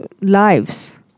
lives